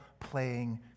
playing